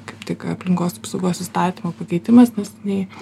kaip tik aplinkos apsaugos įstatymo pakeitimas neseniai